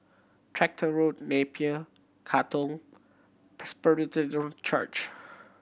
Tractor Road Napier Katong Presbyterian Church